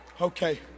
Okay